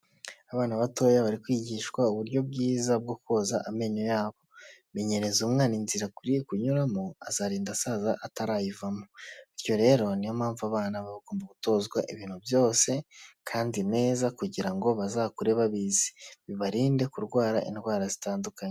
Abana batoya bari kwigishwa uburyo bwiza bwo koza amenyo yabo binyereza umwana inzira akwiriye kunyuramo azarinda asaza atarayivamo, bityo rero niyo mpamvu abana bagomba gutozwa ibintu byose kandi neza kugira ngo bazakure babizi bibarinde kurwara indwara zitandukanye.